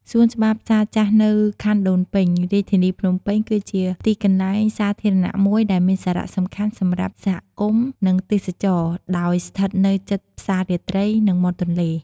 សួនច្បារផ្សារចាស់នៅខណ្ឌដូនពេញ រាជធានីភ្នំពេញ គឺជាទីកន្លែងសាធារណៈមួយដែលមានសារៈសំខាន់សម្រាប់សហគមន៍ និងទេសចរណ៍ ដោយស្ថិតនៅជិតផ្សាររាត្រី និងមាត់ទន្លេ។